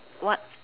what